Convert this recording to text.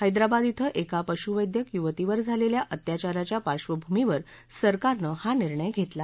हैदराबाद श्रि एका पशुवेद्यक युवतीवर झालेल्या अत्याचाराच्या पार्श्वभूमीवर सरकारनं हा निर्णय घेतला आहे